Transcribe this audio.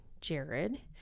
Jared